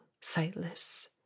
sightless